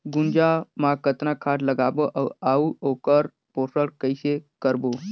गुनजा मा कतना खाद लगाबो अउ आऊ ओकर पोषण कइसे करबो?